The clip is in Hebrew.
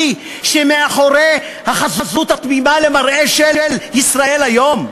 שמאחורי החזות התמימה למראה של "ישראל היום"?